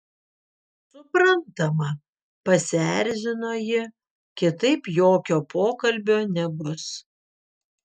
suprantama pasierzino ji kitaip jokio pokalbio nebus